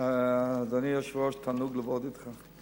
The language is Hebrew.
אדוני היושב-ראש, תענוג לעבוד אתך.